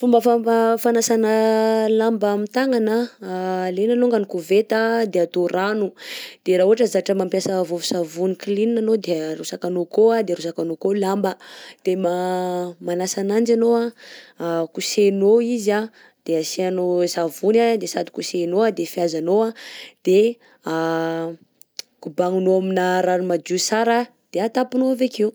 Fomba fampa fanasana lamba amin'ny tagnana: alena alongany koveta de atao rano, de raha ohatra zatra mampiasa vovon-tsavony klin anao de arotsakanao akao de arotsakanao akao lamba, de ma- manasa ananjy anao a kosehinao izy de asianao savony de sady kosehinao, de fihazanao de kobagninao amina rano madio sara de hatapinao avy akio.